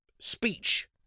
speech